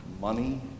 money